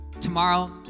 Tomorrow